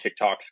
TikToks